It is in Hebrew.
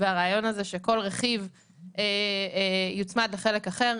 והרעיון הזה שכל רכיב יוצמד לחלק אחר,